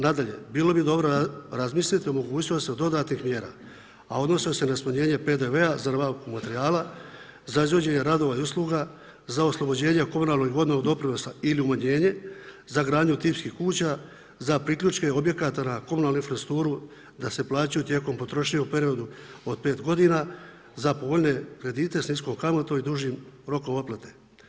Nadalje, bilo bi dobo da razmilite o mogućnosti dodatnih mjera a odnose se na smanjenje PDV-a, za nabavku materijala, za izvođenje radova i usluga, za oslobođenje od komunalnog i vodnog doprinosa ili umanjenje, za gradnju tipskih kuća, za priključke objekata na komunalnu infrastrukturu da se plaćaju tijekom potrošnje u period od 5 godina, za povoljne kredite s niskom kamatom i dužim rokom otplate.